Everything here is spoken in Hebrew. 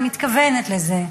אני מתכוונת לזה.